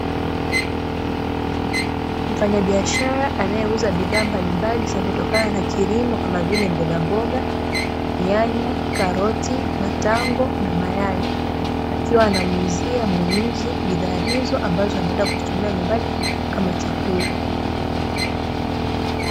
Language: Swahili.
Mfanya biashara anaeuza bidhaa mbalimbali zinazotokana na kilimo kama vile mbogamboga, nyanya, karoti na matango na mayai akiwa anamuuzia mnunuzi bidhaa hizo ambazo anaenda kuzitumia nyumbani kama chakula.